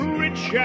rich